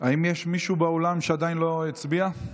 מישהו באולם שעדיין לא הצביע?